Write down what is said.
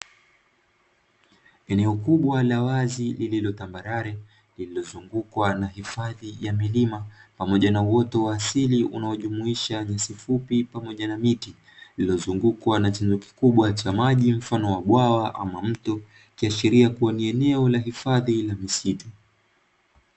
Eneo kubwa la wazi lililo tambalale lililozungukwa na hifadhi ya milima, pamoja na uwoto wa asili unaojumuisha nyasi fupi pamoja na miti, lililozungukwa na chanzo kikubwa cha maji mfano wa bwawa ama mto ikiashiria kuwa ni eneo la hifadhi la misitu.